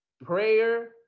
Prayer